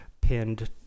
pinned